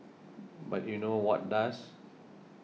but you know what does